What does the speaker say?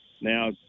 Now